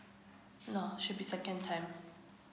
no should be second time